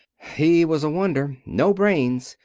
he was a wonder. no brains,